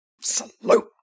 Salute